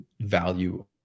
value